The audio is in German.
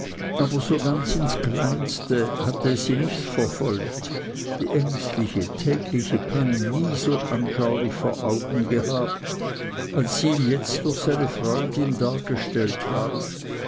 aber so ganz ins kleinste hatte es sie nicht verfolgt die ängstliche tägliche pein nie so anschaulich vor augen gehabt als sie ihm jetzt durch seine freundin dargestellt ward